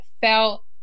felt